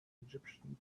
egyptian